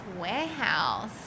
Warehouse